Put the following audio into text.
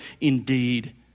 indeed